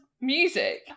music